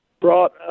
brought